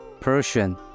Persian